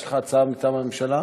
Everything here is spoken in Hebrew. יש לך הצעה מטעם הממשלה?